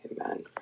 Amen